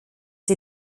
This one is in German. der